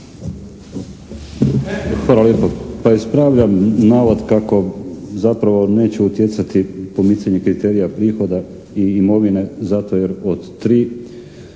Hvala lijepo. Pa ispravljam navod kako zapravo zapravo neće utjecati pomicanje kriterija prihoda i imovine zato jer od tri